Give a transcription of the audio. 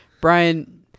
brian